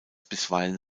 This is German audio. bisweilen